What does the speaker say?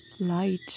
light